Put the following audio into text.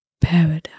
paradise